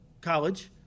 College